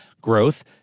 growth